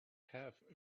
have